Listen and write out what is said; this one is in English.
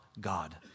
God